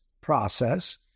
process